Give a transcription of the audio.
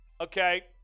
okay